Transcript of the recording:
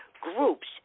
groups